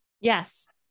Yes